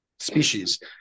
species